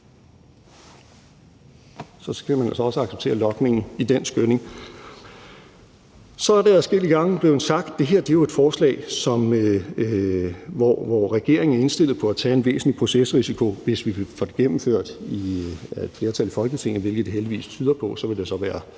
Så skal man altså også acceptere logningen i den skynding. Så er det adskillige gange blevet sagt: Det her er jo et forslag, hvor regeringen er indstillet på at tage en væsentlig procesrisiko, hvis vi får det gennemført af et flertal i Folketinget, hvilket det heldigvis tyder på. Så vil det så også